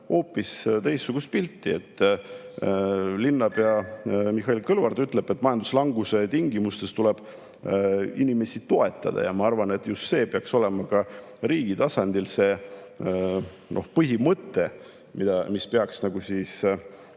hoopis teistsugust pilti. Linnapea Mihhail Kõlvart ütleb, et majanduslanguse tingimustes tuleb inimesi toetada. Ma arvan, et just see peaks olema ka riigi tasandil see põhimõte, mis peaks olema